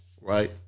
right